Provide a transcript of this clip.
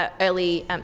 early